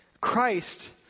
Christ